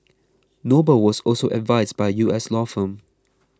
noble was also advised by U S law firm